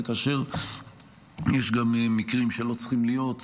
וכאשר יש גם מקרים שלא צריכים להיות,